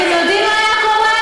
אתם יודעים מה היה קורה?